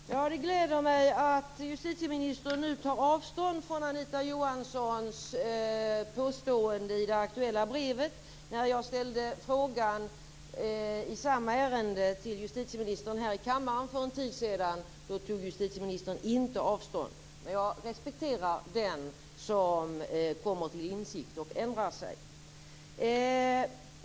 Herr talman! Det gläder mig att justitieministern nu tar avstånd från Anita Johanssons påstående i det aktuella brevet. När jag ställde en fråga i samma ärende till justitieministern här i kammaren för en tid sedan tog justitieministern inte avstånd. Jag respekterar den som kommer till insikt och ändrar sig.